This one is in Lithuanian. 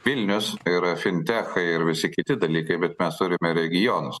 vilnius yra fintechai ir visi kiti dalykai bet mes turime regionus